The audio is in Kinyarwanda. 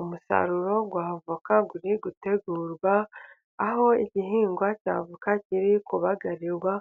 Umusaruro w'avoka uri gutegurwa ,aho igihingwa cy'avoka kiri kubagarirwa